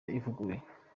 ivuguruye